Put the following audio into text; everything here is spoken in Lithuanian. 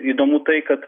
įdomu tai kad